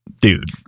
dude